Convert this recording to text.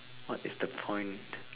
what is the point